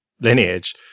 Lineage